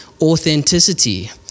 authenticity